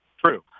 True